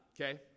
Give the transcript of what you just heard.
okay